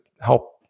help